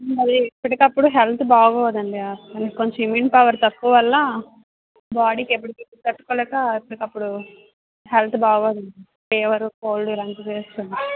ఎప్పటికప్పుడు హెల్త్ బాగుందండి కొంచెం ఇమ్యూన్ పవర్ తక్కువ వల్ల బాడీ కి ఎప్పుడుకి హీట్ కి తట్టుకోలేక ఎప్పటికప్పుడు హెల్త్ బాగోదండి ఫీవర్ కోల్డ్ ఇలాంటివి చేస్తుంటాయి